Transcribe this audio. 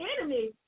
enemy